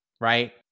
right